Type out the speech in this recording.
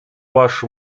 ваш